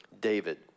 David